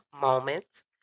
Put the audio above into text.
moments